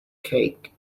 cake